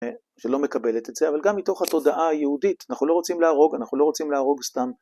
שלא מקבלת את זה, אבל גם מתוך התודעה היהודית, אנחנו לא רוצים להרוג, אנחנו לא רוצים להרוג סתם